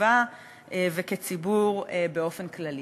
כסביבה וכציבור באופן כללי.